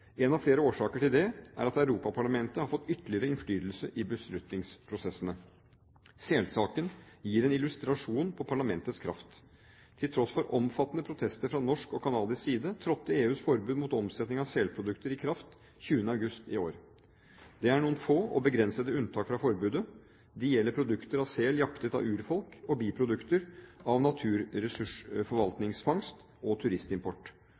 En av flere årsaker er at Europaparlamentet har fått ytterligere innflytelse i beslutningsprosessene. Selsaken gir en illustrasjon på parlamentets kraft. Til tross for omfattende protester fra norsk og kanadisk side trådte EUs forbud mot omsetning av selprodukter i kraft den 20. august i år. Det er noen få og begrensede unntak fra forbudet. De gjelder produkter av sel jaktet av urfolk og biprodukter av naturressursforvaltningsfangst og turistimport.